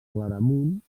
claramunt